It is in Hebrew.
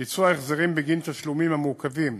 ביצוע החזרים בגין תשלומים המעוכבים